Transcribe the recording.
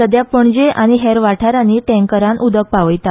सध्या पणजे आनी हेर वाठारांनी टँकरांनी उदक पावयतात